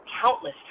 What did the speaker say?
countless